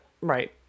right